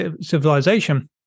civilization